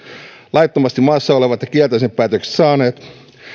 laittomasti maassa olevat ja kielteisen päätöksen saaneet